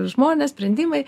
žmonės sprendimai